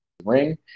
Ring